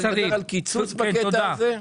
אני מדבר על הקיצוץ בקטע הזה.